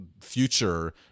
Future